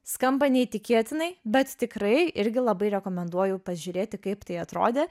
skamba neįtikėtinai bet tikrai irgi labai rekomenduoju pažiūrėti kaip tai atrodė